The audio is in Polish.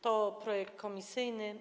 To projekt komisyjny.